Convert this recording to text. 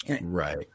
Right